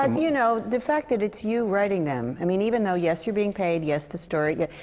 um you know, the fact that it's you writing them. i mean, even though, yes, you're being paid. yes, the story yeah.